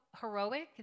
heroic